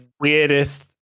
weirdest